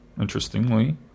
interestingly